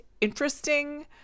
interesting